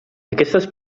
aquestes